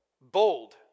bold